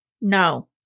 No